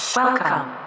Welcome